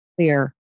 clear